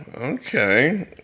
Okay